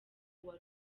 uwa